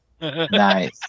Nice